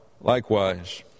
likewise